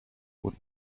would